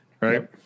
right